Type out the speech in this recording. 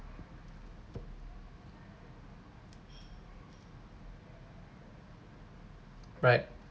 right